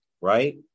right